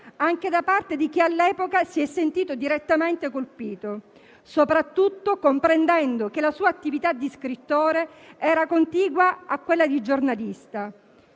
anche da parte di chi all'epoca si è sentito direttamente colpito, soprattutto comprendendo che la sua attività di scrittore era contigua a quella di giornalista.